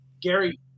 Gary